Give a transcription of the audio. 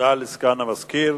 תודה לסגן המזכיר.